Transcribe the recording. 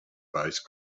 based